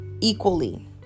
equally